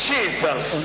Jesus